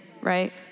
right